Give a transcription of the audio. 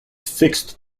fixed